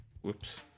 whoops